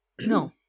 no